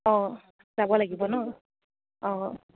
অঁ যাব লাগিব ন অঁ